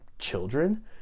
children